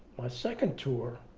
my second tour,